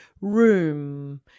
room